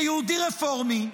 כיהודי רפורמי,